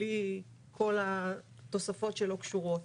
בלי כל התוספות שלא קשורות.